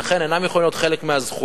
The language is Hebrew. לכן הן אינן יכולות להיות חלק מהזכויות,